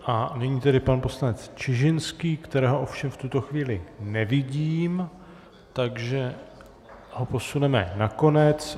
A nyní tedy pan poslanec Čižinský, kterého ovšem v tuto chvíli nevidím, takže ho posuneme na konec.